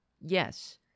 Yes